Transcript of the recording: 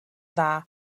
dda